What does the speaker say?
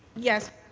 yes.